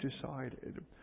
decided